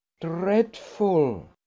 Dreadful